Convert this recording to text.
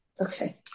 Okay